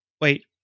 Wait